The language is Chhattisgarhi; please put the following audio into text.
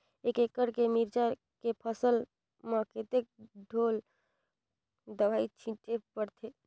एक एकड़ के मिरचा के फसल म कतेक ढोल दवई छीचे पड़थे?